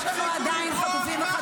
תכבדו את עם ישראל.